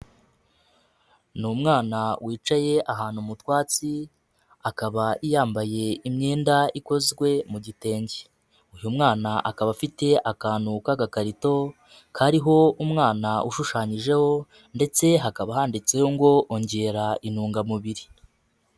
Ni umwana wicaye ahantu mu twatsi akaba yambaye imyenda ikozwe mu gitenge, uyu mwana akaba afite akantu k'agakarito kariho umwana ushushanyijeho ndetse hakaba handitseho ngo ongera intungamubiri.